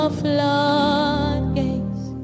floodgates